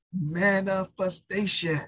manifestation